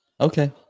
Okay